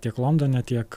tiek londone tiek